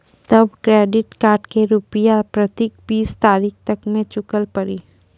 तब credit card के रूपिया प्रतीक बीस तारीख तक मे चुकल पड़ी?